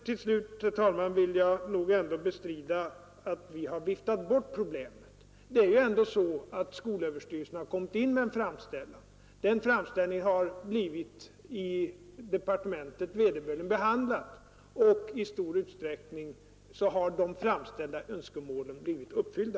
Till slut, herr talman, vill jag nog ändå bestrida att vi har viftat bort problemet. Det är ju så, att skolöverstyrelsen har kommit in med en framställning. Den framställningen har blivit vederbörligen behandlad i departementet, och i stor utsträckning har de framställda önskemålen blivit uppfyllda.